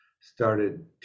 started